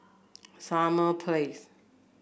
Summer Place